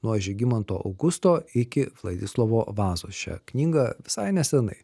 nuo žygimanto augusto iki vladislovo vazos šią knygą visai nesenai